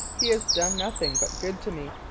he has done nothing but good to me.